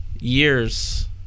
years